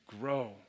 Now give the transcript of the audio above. grow